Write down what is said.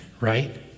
right